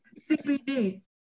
CBD